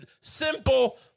simple